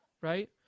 right